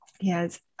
Yes